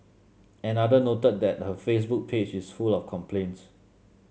another noted that her Facebook page is full of complaints